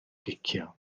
gicio